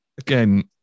Again